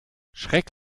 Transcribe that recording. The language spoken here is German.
schreck